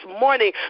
morning